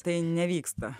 tai nevyksta